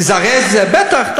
לזרז זה בטח.